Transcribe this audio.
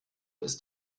ist